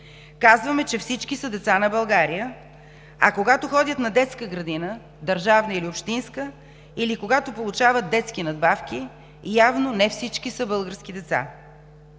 казваме, че всички са деца на България, а когато ходят на детска градина – държавна или общинска, или когато получават детски надбавки, явно не всички са български деца.